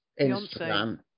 Instagram